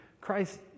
Christ